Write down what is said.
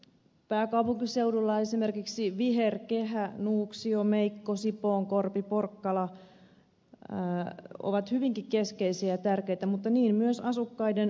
pääkaupunkiseudulla esimerkiksi viherkehä nuuksio meiko sipoonkorpi porkkala on hyvinkin keskeinen ja tärkeä mutta niin myös asukkaiden lähivirkistysalueet